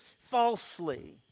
falsely